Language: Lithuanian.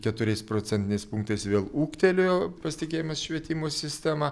keturiais procentiniais punktais vėl ūgtelėjo pasitikėjimas švietimo sistema